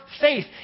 faith